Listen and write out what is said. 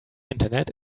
internet